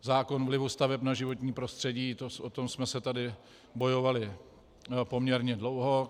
Zákon o vlivu staveb na životní prostředí, o ten jsme tady bojovali poměrně dlouho.